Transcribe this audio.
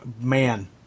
man